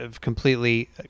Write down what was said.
completely